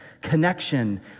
connection